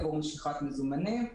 עבור משיכת מזומנים.